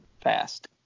fast